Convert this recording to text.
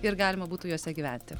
ir galima būtų juose gyventi